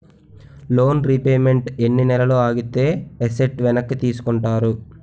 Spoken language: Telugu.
లోన్ రీపేమెంట్ ఎన్ని నెలలు ఆగితే ఎసట్ వెనక్కి తీసుకుంటారు?